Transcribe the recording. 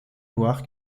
loire